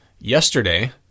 Yesterday